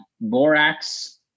borax